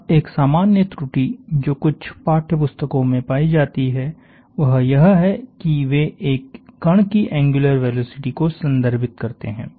अब एक सामान्य त्रुटि जो कुछ पाठ्य पुस्तकों में पाई जाती है वह यह है कि वे एक कण की एंग्यूलर वेलोसिटी को संदर्भित करते हैं